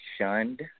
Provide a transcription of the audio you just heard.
shunned